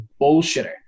bullshitter